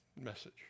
message